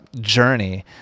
journey